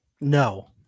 No